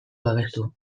babestu